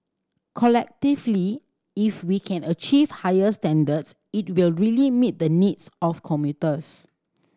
collectively if we can achieve higher standards it will really meet the needs of commuters